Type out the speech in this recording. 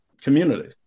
community